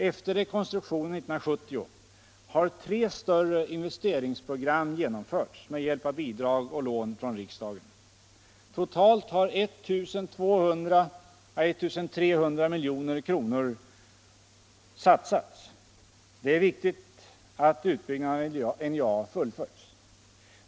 Efter rekonstruktionen 1970 har tre större investeringsprogram genomförts med hjälp av bidrag och lån från riksdagen. Totalt har 1 200-1 300 milj.kr. satsats. Det är viktigt att utbyggnaden av NJA fullföljs.